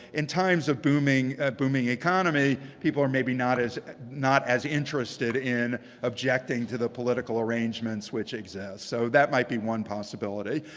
in times of a booming economy, people are maybe not as not as interested in objecting to the political arrangements which exist. so that might be one possibility.